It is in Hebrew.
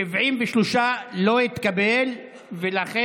הסתייגות 73 לא התקבלה.